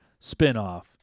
spinoff